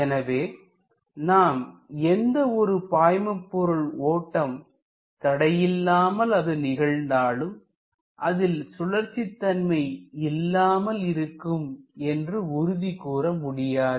எனவே நாம் எந்த ஒரு பாய்மபொருள் ஓட்டம் தடையில்லாமல் அது நிகழ்ந்தாலும் அதில் சுழற்சி தன்மை இல்லாமல் இருக்கும் என்று உறுதி கூற முடியாது